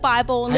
Bible